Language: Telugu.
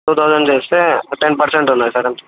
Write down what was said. టూ తౌజండ్ చేస్తే టెన్ పెర్సెంట్ ఉన్నాయి సార్ అంతే